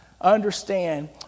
understand